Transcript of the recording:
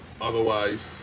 otherwise